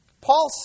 Paul